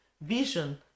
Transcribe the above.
vision